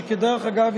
שדרך אגב,